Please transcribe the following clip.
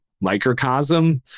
microcosm